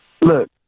Look